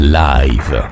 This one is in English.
live